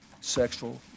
sexual